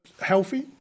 healthy